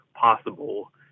possible